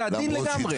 זה הדין לגמרי.